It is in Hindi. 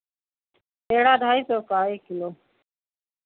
पेड़ा ढाई सौ का एक किलो